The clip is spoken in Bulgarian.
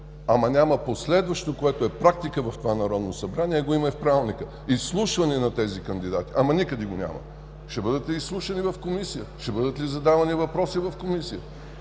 но няма последващо, което е практика в това Народно събрание, а го има и в Правилника, изслушване на тези кандидати. Ама никъде го няма! Ще бъдат ли изслушани в комисия, ще бъдат ли задавани въпроси в комисия,